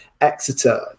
Exeter